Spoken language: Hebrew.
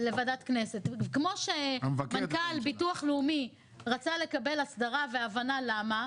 כמו שמנכ"ל הביטוח הלאומי רצה לקבל הסדרה והבנה למה,